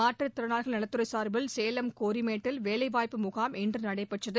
மாற்றுத் திறனாளிகள் நலத்துறை சார்பில் சேலம் கோரிமேட்டில் வேலைவாய்ப்பு முகாம் இன்று நடைபெற்றது